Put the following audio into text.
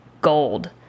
gold